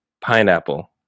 Pineapple